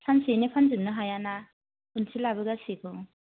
सानसेयैनो फानजोबनो हायाना खनसे लाबोगासेखौ